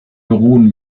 beruhen